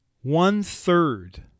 one-third